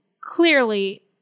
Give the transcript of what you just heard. clearly